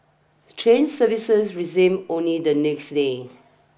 train services resumed only the next day